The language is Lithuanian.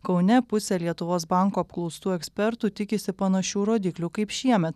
kaune pusė lietuvos banko apklaustų ekspertų tikisi panašių rodiklių kaip šiemet